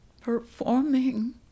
performing